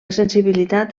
sensibilitat